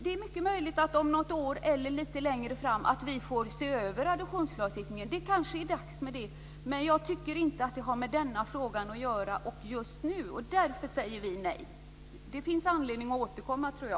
Det är mycket möjligt att vi om något år eller lite längre fram får se över adoptionslagstiftningen. Det kanske är dags för det. Men jag tycker inte att det har med denna fråga att göra just nu. Därför säger vi nej. Jag tror att det finns anledning att återkomma.